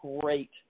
great